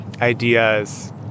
ideas